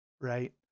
right